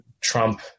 Trump